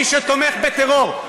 מי שתומך בטרור,